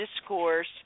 discourse